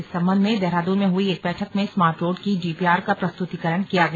इस संबंध में देहरादून में हई एक बैठक में स्मार्ट रोड की डीपीआर का प्रस्तुतीकरण किया गया